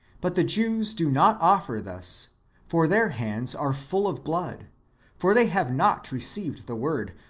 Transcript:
but the jews do not offer thus for their hands are full of blood for they have not received the word,